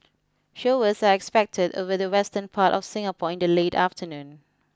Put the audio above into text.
showers are expected over the western part of Singapore in the late afternoon